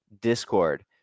Discord